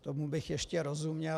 Tomu bych ještě rozuměl.